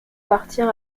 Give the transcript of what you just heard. partir